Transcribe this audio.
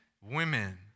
women